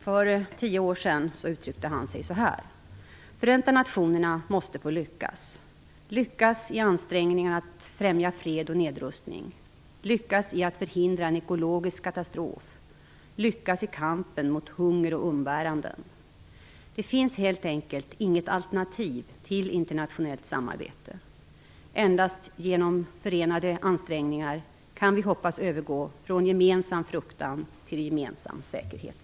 För tio år sedan uttryckte han sig så här: Förenta nationerna måste få lyckas, lyckas i ansträngningen att främja fred och nedrustning, lyckas i att förhindra en ekologisk katastrof, lyckas i kampen mot hunger och umbäranden. Det finns helt enkelt inget alternativ till internationellt samarbete. Endast genom förenade ansträngningar kan vi hoppas övergå från gemensam fruktan till gemensam säkerhet.